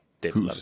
David